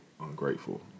ungrateful